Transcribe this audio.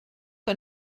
que